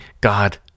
God